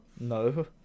no